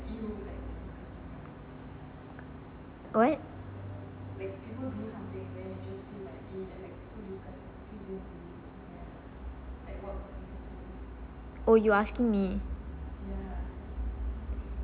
what oh you asking me